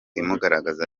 imugaragaza